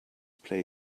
play